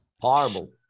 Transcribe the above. Horrible